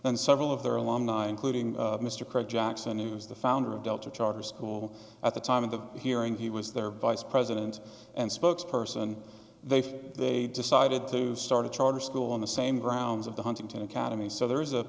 and several of their alumni including mr craig jackson who's the founder of delta charter school at the time of the hearing he was their vice president and spokes person they've they decided to start a charter school on the same grounds of the huntington academy so there is a